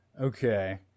Okay